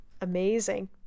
amazing